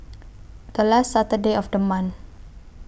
The last Saturday of The month